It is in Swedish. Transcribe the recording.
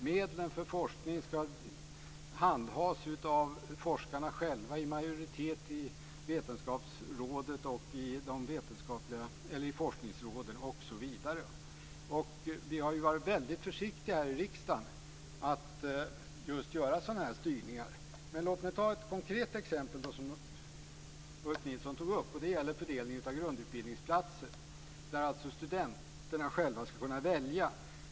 Medlen för forskning ska handhas av forskarna själva i majoritet i Vetenskapsrådet, i forskningsråden osv. Vi har varit väldigt försiktiga här i riksdagen med att göra sådana här styrningar. Men låt mig ta ett konkret exempel på det som Ulf Nilsson tog upp. Det gäller fördelningen av grundutbildningsplatser, där studenterna själva ska kunna välja.